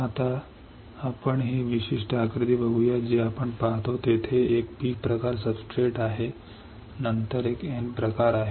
आता आपण ही विशिष्ट आकृती बघूया जे आपण पाहतो तेथे एक पी प्रकार सब्सट्रेट आहे नंतर एक N प्रकार आहे